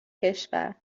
کشور